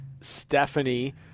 Stephanie